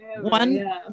one